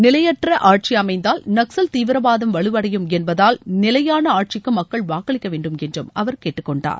நிலையற்ற ஆட்சி அமைந்தல் நக்சல் தீவிரவாதம் வலுவடையும் என்பதால் நிலையான ஆட்சிக்கு மக்கள் வாக்களிக்க வேண்டும் என்று அவர் கேட்டுக்கொண்டார்